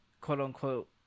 quote-unquote